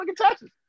Texas